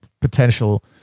potential